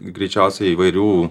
greičiausiai įvairių